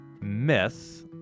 myth